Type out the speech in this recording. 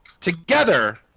Together